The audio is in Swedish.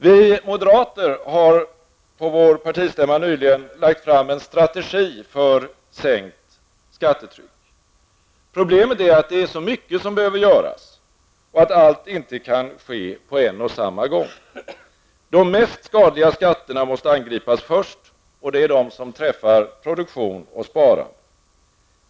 Vi moderater har på vår partistämma nyligen lagt fram en strategi för sänkt skattetryck. Problemet är att det är så mycket som behöver göras och att allt inte kan ske på en och samma gång. De mest skadliga skatterna måste angripas först. Det är de som träffar produktion och sparande.